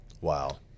Wow